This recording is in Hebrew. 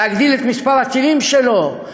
להגדיל את מספר הטילים שלו,